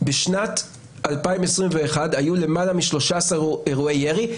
בשנת 2021 היו למעלה מ-13 אירועי ירי,